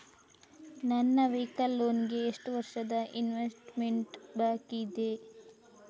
ನನ್ನ vehicle loan ಗೆ ಎಷ್ಟು ವರ್ಷದ ಇನ್ಸ್ಟಾಲ್ಮೆಂಟ್ ಬಾಕಿ ಇದೆ?